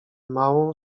małą